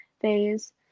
phase